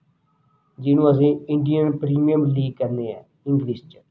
ਜਿਹਨੂੰ ਅਸੀਂ Indian premium league ਕਹਿੰਦੇ ਹੈ ਇੰਗਲਿਸ਼ 'ਚ